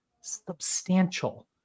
substantial